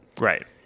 right